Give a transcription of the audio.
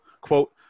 quote